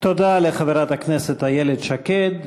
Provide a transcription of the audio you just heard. תודה לחברת הכנסת איילת שקד.